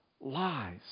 lies